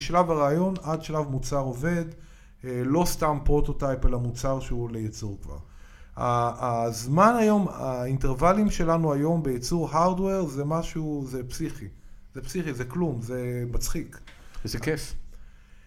שלב הרעיון עד שלב מוצר עובד, לא סתם פרוטוטייפ אלא מוצר שהוא לייצור כבר. הזמן היום, האינטרבלים שלנו היום בייצור הרדואר זה משהו, זה פסיכי. זה פסיכי, זה כלום, זה בצחיק. זה כיף.